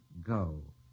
Go